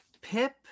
Pip